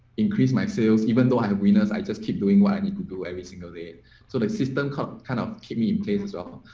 increase my sales, even though i have winners. i just keep doing what i need to do every single day so the like system can kind of keep me in place as well.